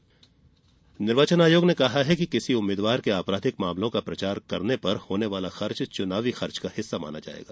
चुनाव आयोग निर्वाचन आयोग ने कहा है कि किसी उम्मीदवार के अपराधिक मामलों का प्रचार करने पर होने वाला खर्च चुनावी खर्च का हिस्सा माना जायेगा